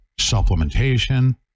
supplementation